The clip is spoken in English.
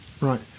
right